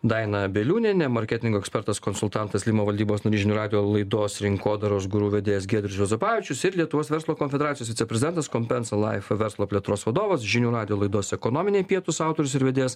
daina bieliūnienė marketingo ekspertas konsultantas limo valdybos narys žinių radijo laidos rinkodaros guru vedėjas giedrius juozapavičius ir lietuvos verslo konfederacijos viceprezidentas kompensa laif verslo plėtros vadovas žinių radijo laidos ekonominiai pietūs autorius ir vedėjas